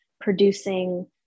producing